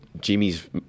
Jimmy's